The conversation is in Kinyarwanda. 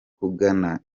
kugana